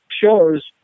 shows